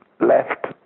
left